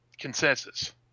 consensus